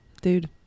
dude